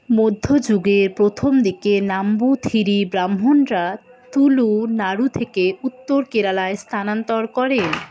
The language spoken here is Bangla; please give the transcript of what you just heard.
মধ্যযুগের প্রথম দিকে নাম্বুথিরি ব্রাহ্মণরা তুলু নাড়ু থেকে উত্তর কেরালায় স্থানান্তর করেন